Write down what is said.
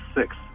six